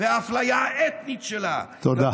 והאפליה האתנית שלה, תודה.